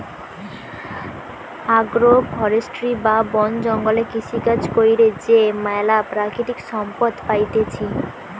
agro forestry বা বন জঙ্গলে কৃষিকাজ কইরে যে ম্যালা প্রাকৃতিক সম্পদ পাইতেছি